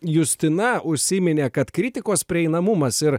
justina užsiminė kad kritikos prieinamumas ir